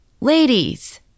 Ladies